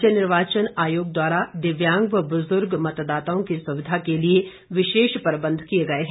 राज्य निर्वाचन आयोग द्वारा दिव्यांग व बुजुर्ग मतदाताओं की सुविधा के लिए विशेष प्रबंध किए हैं